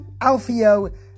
Alfio